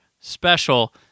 special